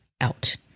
out